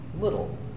little